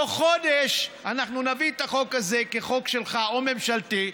תוך חודש אנחנו נביא את החוק הזה כחוק שלך או ממשלתי,